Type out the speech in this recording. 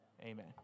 Amen